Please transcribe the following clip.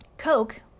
Coke